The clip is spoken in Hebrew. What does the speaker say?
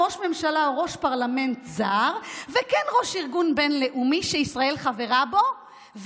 ראש ממשלה או ראש פרלמנט וכן ראש ארגון בין-לאומי שישראל חברה בו,